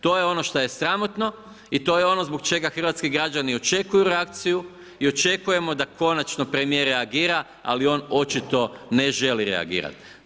To je ono što je sramotno i to je ono zbog čega hrvatski građani očekuju reakciju i očekujemo da konačno premijer reagira ali on očito ne želi reagirati.